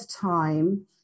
time